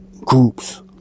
groups